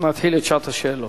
נתחיל את שעת השאלות.